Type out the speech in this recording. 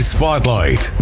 Spotlight